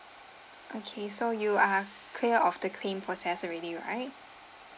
okay so you are clear of the claim process already right